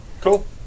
Cool